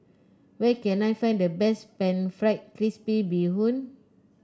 where can I find the best pan fried crispy Bee Hoon